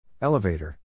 Elevator